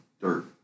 dirt